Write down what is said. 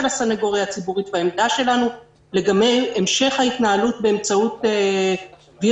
הסנגוריה הציבורית והעמדה שלנו לגבי המשך ההתנהלות באמצעות Video